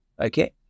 Okay